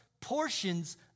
portions